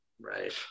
Right